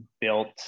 built